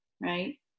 right